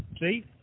see